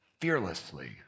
fearlessly